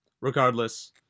regardless